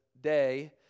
day